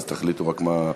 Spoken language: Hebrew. אז תחליטו רק מה,